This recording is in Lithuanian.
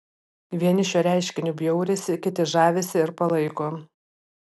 vieni šiuo reiškiniu bjaurisi kiti žavisi ir palaiko